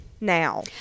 now